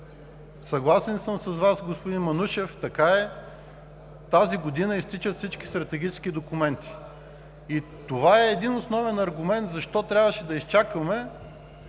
съгласен съм с Вас, господин Манушев, така е – тази година изтичат всички стратегически документи. Това е основен аргумент защо трябваше да изчакаме